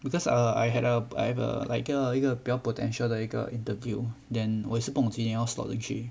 because err I had a I have a like a 一个一个比较 potential 的一个 interview then 我也是不懂几点要 slot 进去